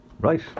Right